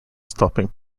stopping